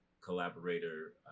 collaborator